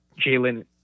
Jalen